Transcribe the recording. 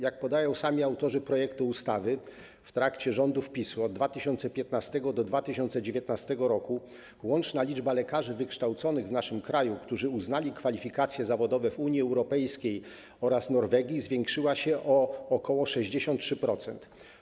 Jak podają sami autorzy projektu ustawy, w trakcie rządów PiS-u, od 2015 r. do 2019 r., łączna liczba lekarzy wykształconych w naszym kraju, których kwalifikacje zawodowe uznano w Unii Europejskiej oraz Norwegii, zwiększyła się o ok. 63%.